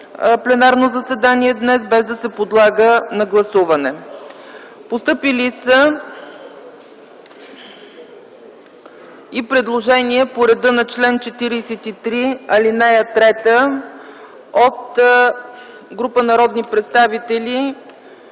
пленарно заседание днес без да се подлага на гласуване. Постъпили са и предложения по реда на чл. 43, ал. 3 от група народни представители